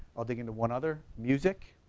i'll dig in to one other, music.